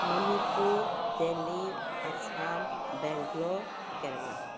Manipur Delhi Assam Bangalore Kerala